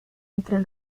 entre